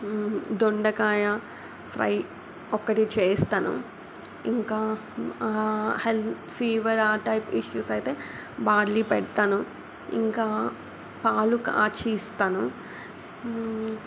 దొండకాయ ఫ్రై ఒక్కటి చేస్తాను ఇంకా హెల్ ఫీవర్ ఆ టైప్ ఇష్యూస్ అయితే బార్లీ పెడతాను ఇంకా పాలు కాచి ఇస్తాను